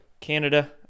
Canada